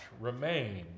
remain